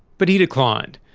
but he declined.